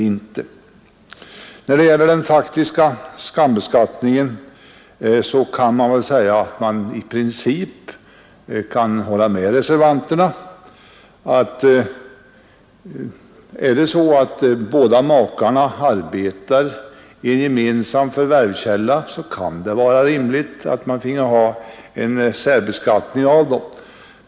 I fråga om den faktiska sambeskattningen kan man i princip hålla med reservanterna om att i de fall båda makarna arbetar i en gemensam förvärvskälla kan det vara rimligt med särbeskattning.